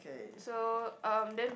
so um then